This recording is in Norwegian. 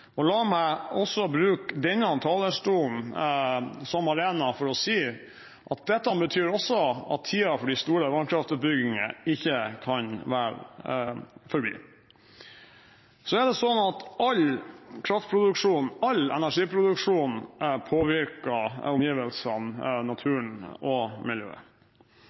Norge. La meg også bruke denne talerstolen som arena for å si at dette også betyr at tiden for de store vannkraftutbygginger ikke kan være forbi. Så er det sånn at all kraftproduksjon, all energiproduksjon, påvirker omgivelsene, naturen og miljøet.